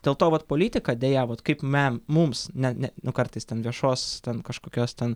dėl to vat politika deja vat kaip me mums ne ne nu kartais ten viešos ten kažkokios ten